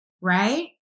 right